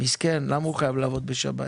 מסכן, למה הוא חייב לעבוד בשבת?